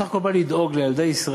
זה בסך הכול בא לדאוג לילדי ישראל,